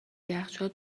یخچال